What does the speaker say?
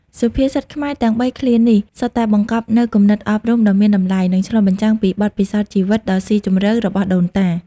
សុភាសិតខ្មែរទាំងបីឃ្លានេះ សុទ្ធតែបង្កប់នូវគំនិតអប់រំដ៏មានតម្លៃ និងឆ្លុះបញ្ចាំងពីបទពិសោធន៍ជីវិតដ៏ស៊ីជម្រៅរបស់ដូនតា។